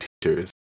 teachers